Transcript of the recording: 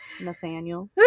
Nathaniel